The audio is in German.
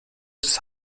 des